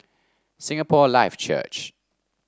Singapore Life Church